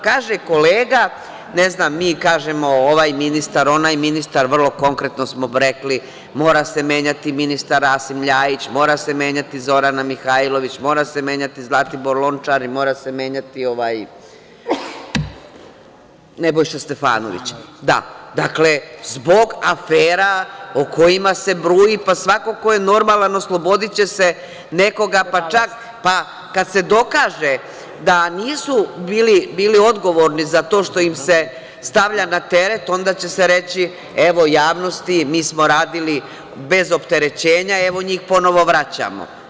Kaže – kolega, ne znam mi kažemo ovaj ministar, onaj ministar, vrlo konkretno samo rekli - mora se menjati ministar Rasim Ljajić, mora se menjati Zorana Mihajlović, mora se menjati Zlatibor Lončar i mora se menjati Nebojša Stefanović, dakle, zbog afera o kojima se bruji, pa svako ko je normalan oslobodiće se nekoga, pa čak kada se dokaže da nisu bili odgovorni za to što im se stavlja na teret onda će se reći - evo javnosti mi smo radili bez opterećenja, evo njih ponovo vraćamo.